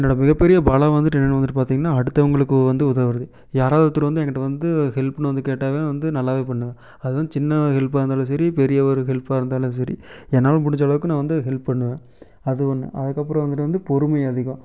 என்னோட மிகப்பெரிய பலம் வந்துவிட்டு என்னென்னு வந்துவிட்டு பார்த்தீங்கன்னா அடுத்தவங்களுக்கு வந்து உதவுறது யாராவது ஒருத்தர் வந்து ஏங்கிட்ட வந்து ஹெல்ப்புன்னு வந்து கேட்டாவே வந்து நல்லாவே பண்ணுவேன் அது வந்து சின்ன ஹெல்ப்பாக இருந்தாலும் சரி பெரிய ஒரு ஹெல்ப்பாக இருந்தாலும் சரி என்னால் முடிஞ்சளவுக்கு நான் வந்து ஹெல்ப் பண்ணுவேன் அது ஒன்று அதற்கப்பறம் வந்துவிட்டு வந்து பொறுமை அதிகம்